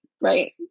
Right